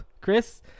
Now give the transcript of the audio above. chris